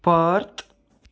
Perth